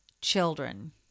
children